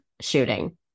shooting